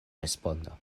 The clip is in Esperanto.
respondo